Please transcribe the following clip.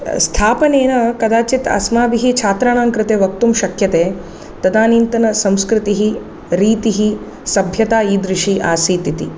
स्थापनेन कदाचित् अस्माभिः छात्राणां कृते वक्तुं शक्यते तदानीन्तनसंस्कृतिः रीतिः सभ्यता इदृशी आसीतिति